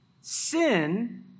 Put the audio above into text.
Sin